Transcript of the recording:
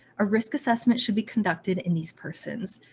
ah risk assessment should be conducted in these persons.